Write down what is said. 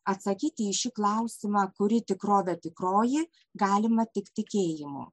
atsakyti į šį klausimą kuri tikrovė tikroji galima tik tikėjimu